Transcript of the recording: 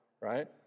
right